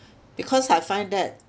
because I find that